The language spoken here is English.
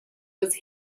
was